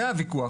זה הוויכוח.